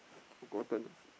forgotten ah